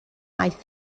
aeth